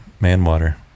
Manwater